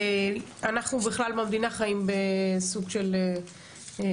אנחנו בכלל במדינה חיים בסוג של עליית